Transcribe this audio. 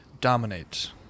dominate